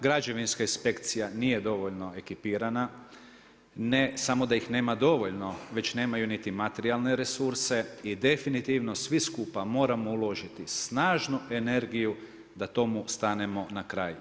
Građevinska inspekcija nije dovoljno ekipirana, ne samo da ih nema dovoljno, već nemaju niti materijalne resurse i definitivno svi skupa moramo uložiti snažnu energiju da tomu stanemo na kraj.